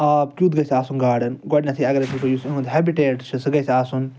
آب کیُتھ گَژھِ آسُن گاڈن گۄڈنیٚتھے اگر أسۍ وٕچھو یُس اہُنٛد ہیٚبِٹیٹ سُہ گَژھِ آسُن